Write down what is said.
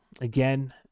again